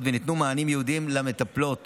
וניתנו מענים ייעודיים למטפלות